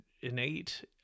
innate